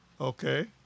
Okay